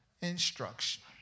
instruction